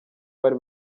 bari